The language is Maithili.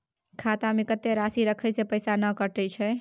खाता में कत्ते राशि रखे से पैसा ने कटै छै?